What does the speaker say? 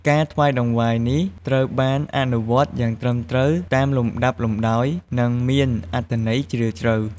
ការថ្វាយតង្វាយនេះ ត្រូវបានអនុវត្តន៍យ៉ាងត្រឹមត្រូវតាមលំដាប់លំដោយ និងមានអត្ថន័យជ្រាលជ្រៅ។